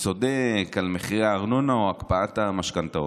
צודק על מחירי הארנונה או הקפאת המשכנתאות.